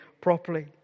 properly